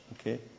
okay